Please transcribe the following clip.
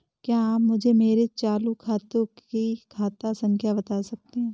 क्या आप मुझे मेरे चालू खाते की खाता संख्या बता सकते हैं?